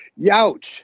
youch